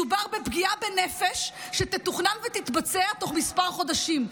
מדובר בפגיעה בנפש שתתוכנן ותתבצע בתוך כמה חודשים.